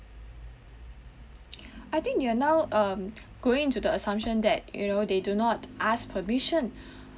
I think you are now um going to the assumption that you know they do not ask permission